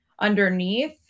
underneath